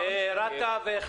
זה בדיוק